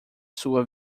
sua